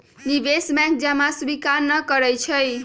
निवेश बैंक जमा स्वीकार न करइ छै